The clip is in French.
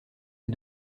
des